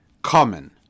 common